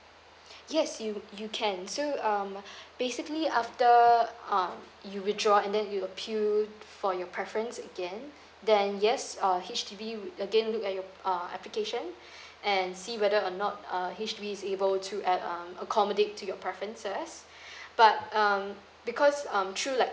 yes you you can so um basically after um you withdraw and then you appeal for your preference again then yes uh H_D_B wou~ again look at your uh application and and see whether or not uh H_D_B is able to uh um accommodate to your preferences but um because um through like